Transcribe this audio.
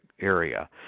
area